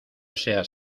seas